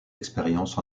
expériences